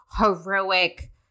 heroic